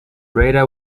radar